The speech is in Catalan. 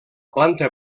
planta